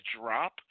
drop